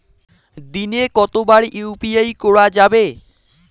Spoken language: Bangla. দিনে কতবার ইউ.পি.আই করা যাবে?